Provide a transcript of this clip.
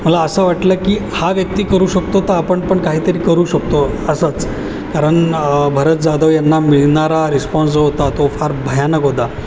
मला असं वाटलं की हा व्यक्ती करू शकतो तर आपण पण काहीतरी करू शकतो असंच कारण भरत जाधव यांना मिळणारा रिस्पॉन्स जो होता तो फार भयानक होता